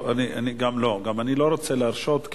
אני לא רוצה להרשות,